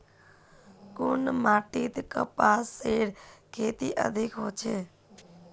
कुन माटित कपासेर खेती अधिक होचे?